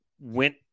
went